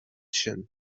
sin